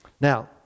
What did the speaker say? Now